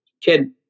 Kid